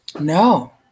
No